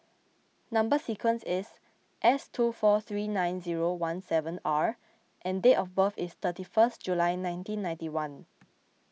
Number Sequence is S two four three nine zero one seven R and date of birth is thirty one July nineteen ninety one